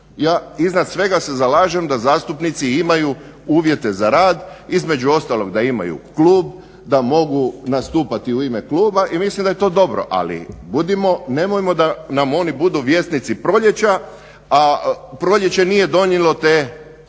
Ja iznad svega se zalažem da zastupnici imaju uvjete za rad, između ostalog da imaju klub, da mogu nastupati u ime kluba i mislim da je to dobro ali nemojmo da nam oni budu vjesnici proljeća, a proljeće nije donijelo te